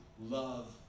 love